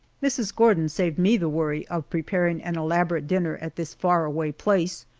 mrs. gordon saved me the worry of preparing an elaborate dinner at this far-away place,